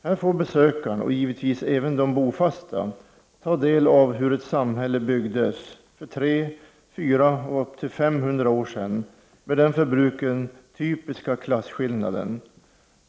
Här får besökaren — och givetvis även de bofasta — ta del av hur ett samhälle byggdes för 300, 400 och upp till 500 år sedan, med den för bruken typiska klasskillnaden.